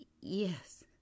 Yes